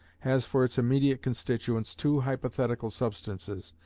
has for its immediate constituents two hypothetical substances,